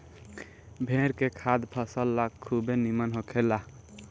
भेड़ के खाद फसल ला खुबे निमन होखेला